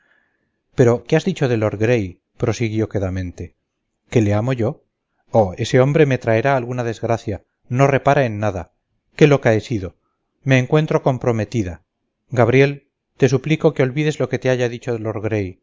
pero qué has dicho de lord gray prosiguió quedamente que le amo yo oh ese hombre me traerá alguna desgracia no repara en nada qué loca he sido me encuentro comprometida gabriel te suplico que olvides lo que te haya dicho